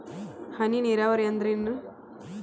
ಹನಿ ನೇರಾವರಿ ಅಂದ್ರೇನ್ರೇ?